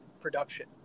production